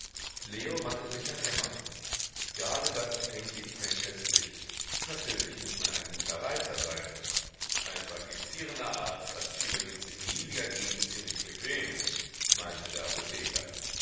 leo wandte sich an emma grade das denke ich mir köstlich natürlich muß man ein guter reiter sein ein praktizierender arzt hats übrigens in hiesiger gegend ziemlich bequem meinte der apotheker